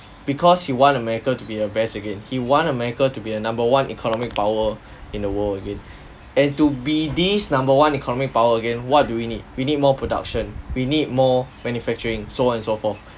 because he want america to be the best again he want america to be the number one economic power in the world again and to be this number one economic power again what do we need we need more production we need more manufacturing so on and so forth